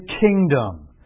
kingdom